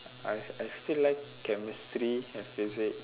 I I still like chemistry and physic